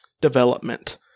development